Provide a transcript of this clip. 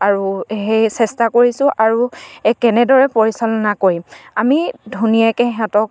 আৰু সেই চেষ্টা কৰিছোঁ আৰু এই কেনেদৰে পৰিচালনা কৰিম আমি ধুনীয়াকে সিহঁতক